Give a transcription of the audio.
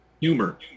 humor